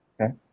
Okay